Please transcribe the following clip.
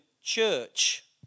church